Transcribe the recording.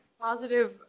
positive